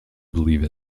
believe